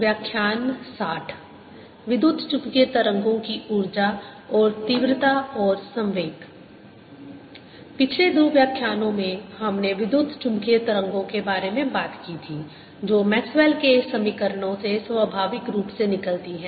व्याख्यान 60 विद्युत चुम्बकीय तरंगों की ऊर्जा और तीव्रता और संवेग पिछले दो व्याख्यानों में हमने विद्युत चुम्बकीय तरंगों के बारे में बात की थी जो मैक्सवेल के समीकरणों Maxwell's equations से स्वाभाविक रूप से निकलती हैं